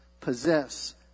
possess